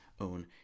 own